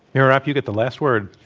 mira rapp, you get the last word.